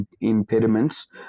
impediments